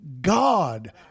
God